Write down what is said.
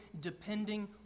depending